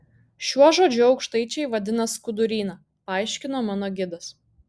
šiuo žodžiu aukštaičiai vadina skuduryną paaiškino mano gidas